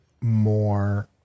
more